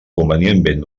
convenientment